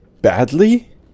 badly